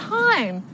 time